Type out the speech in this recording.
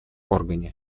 органе